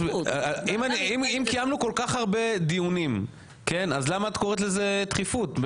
אם קיימנו כל כך הרבה דיונים אז למה את קוראת לזה דחיפות?